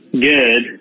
good